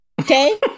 okay